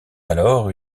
alors